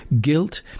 guilt